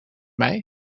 mij